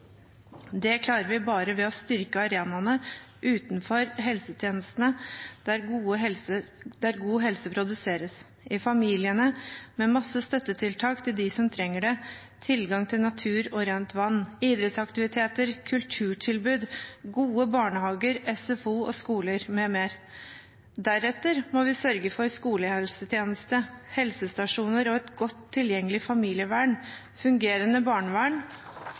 Det oppnår vi bare ved å styrke arenaene utenfor helsetjenestene der god helse produseres, i familiene med mange støttetiltak til dem som trenger det, tilgang til natur og rent vann, idrettsaktiviteter, kulturtilbud, gode barnehager, SFO og skoler m.m. Deretter må vi sørge for skolehelsetjeneste, helsestasjoner og et godt tilgjengelig familievern, fungerende barnevern,